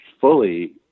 fully